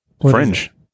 Fringe